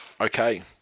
Okay